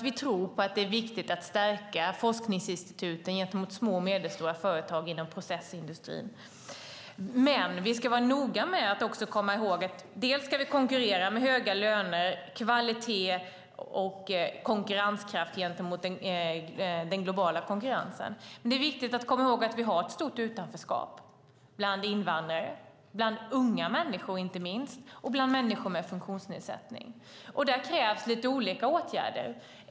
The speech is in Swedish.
Vi tror att det är viktigt att stärka forskningsinstituten gentemot små och medelstora företag inom processindustrin. Vi ska dock vara noga med att komma ihåg att vi ska konkurrera med höga löner och kvalitet i den globala konkurrensen. Samtidigt är det viktigt att komma ihåg att vi har ett stort utanförskap bland invandrare, bland unga människor, inte minst, och bland människor med funktionsnedsättning. Där krävs lite olika åtgärder.